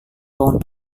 bangun